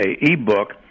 e-book